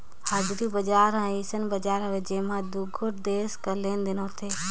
हाजरी बजार हर अइसन बजार हवे जेम्हां दुगोट देस कर लेन देन होथे